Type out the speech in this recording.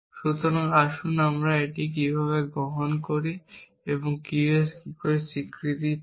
সুতরাং আসুন আমরা এটি এবং এটি গ্রহণ করি এবং আপনি Q এর অস্বীকৃতি পান